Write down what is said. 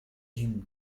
him